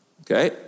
Okay